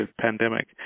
pandemic